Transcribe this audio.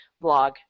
blog